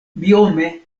biome